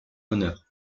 honneur